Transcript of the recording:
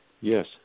Yes